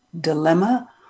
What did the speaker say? dilemma